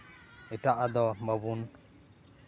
ᱮᱴᱟᱜᱼᱟᱜ ᱫᱚ ᱵᱟᱵᱚᱱ